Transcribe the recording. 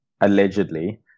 allegedly